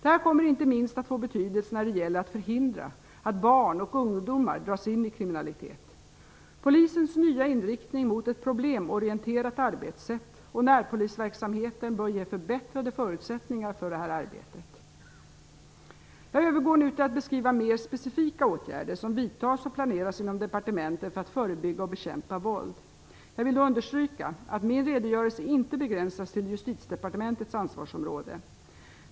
Detta kommer inte minst att få betydelse när det gäller att förhindra att barn och ungdomar dras in i kriminalitet. Polisens nya inriktning mot ett problemorienterat arbetssätt och närpolisverksamheten bör ge förbättrade förutsättningar för detta arbete. Jag övergår nu till att beskriva mer specifika åtgärder som vidtas och planeras inom departementen för att förebygga och bekämpa våld. Jag vill då understryka att min redogörelse inte begränsas till Justitiedepartementets ansvarsområde.